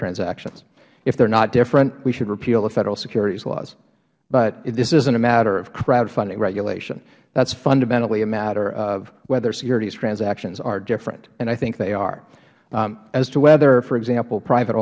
transactions if they are not different we should repeal the federal securities laws but this isn't a matter of crowdfunding regulation that is fundamentally a matter of whether securities transactions are different and i think they are as to whether for example private